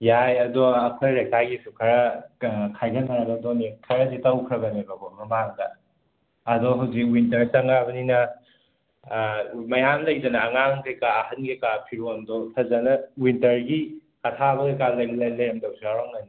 ꯌꯥꯏ ꯑꯗꯣ ꯑꯩꯈꯣꯏ ꯂꯩꯀꯥꯏꯒꯤꯁꯨ ꯈꯔ ꯈꯥꯏꯒꯠꯅꯔꯒ ꯗꯣꯅꯦꯠ ꯈꯔꯗꯤ ꯇꯧꯈ꯭ꯔꯕꯅꯦꯕꯀꯣ ꯃꯃꯥꯡꯗ ꯑꯗꯣ ꯍꯨꯖꯤꯛ ꯋꯤꯟꯇꯔ ꯆꯪꯉꯑꯕꯅꯤꯅ ꯃꯌꯥꯝ ꯂꯩꯗꯅ ꯑꯉꯥꯡ ꯀꯩꯀ ꯑꯍꯟ ꯀꯩꯀ ꯐꯤꯔꯣꯟꯗꯣ ꯐꯖꯅ ꯋꯤꯟꯇꯔꯒꯤ ꯑꯊꯥꯕ ꯀꯩꯀ ꯂꯩꯔꯝꯗꯕ ꯌꯥꯎꯔꯝꯒꯅꯤꯌꯦ